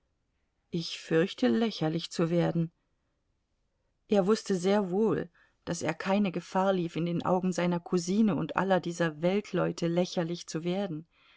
ich fürchte lächerlich zu werden er wußte sehr wohl daß er keine gefahr lief in den augen seiner cousine und aller dieser weltleute lächerlich zu werden